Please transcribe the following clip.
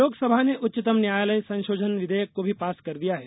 लोकसभा ने उच्चतम न्यायालय संशोधन विधेयक को भी पास कर दिया है